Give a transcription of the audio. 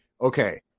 Okay